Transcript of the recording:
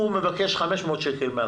הוא מבקש 500 שקל מהקופה.